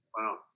Wow